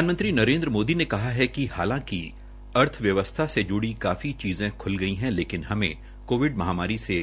प्रधानमंत्री नरेन्द्र मोदी ने कहा है कि हालांकि अर्थव्यवस्था से जुड़ी काफी चीजें ख्ल गई हैं लेकिन हमें कोविड महामारी से